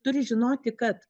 turi žinoti kad